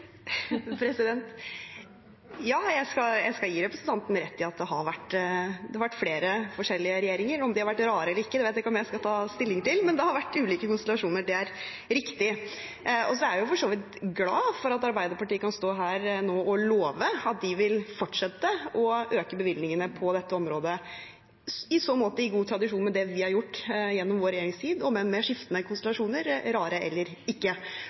Jeg skal gi representanten rett i at det har vært flere forskjellige regjeringer. Om de har vært rare eller ikke, vet jeg ikke om jeg skal ta stilling til, men det har vært ulike konstellasjoner, det er riktig. Jeg er for så vidt glad for at Arbeiderpartiet kan stå her og love at de vil fortsette å øke bevilgningene på dette området, i så måte i god tradisjon med det vi har gjort gjennom vår regjeringstid, om enn med skiftende konstellasjoner, rare eller ikke.